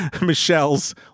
Michelle's